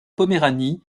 poméranie